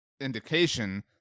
indication